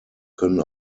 können